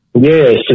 Yes